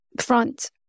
front